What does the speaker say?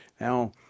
Now